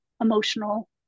emotional